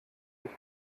sich